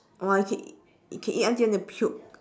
!wah! you can eat you eat until you want to puke